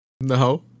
no